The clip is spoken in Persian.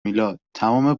میلاد، تمام